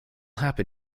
happen